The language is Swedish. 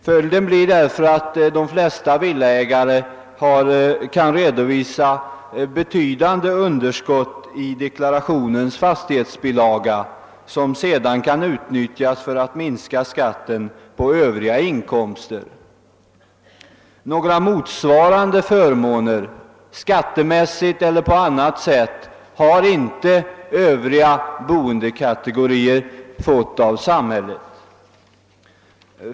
Följden blir därför att de flesta villaägarna kan redovisa betydande underskott i dekla rationens fastighetsbilaga, ett underskott som sedan kan utnyttjas för att minska skatten på övriga inkomster. Några motsvarande förmåner skattemässigt eller på annat sätt har inte övriga boendekategorier fått av samhället.